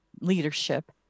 leadership